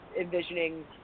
envisioning